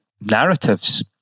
narratives